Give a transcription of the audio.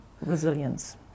resilience